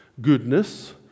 goodness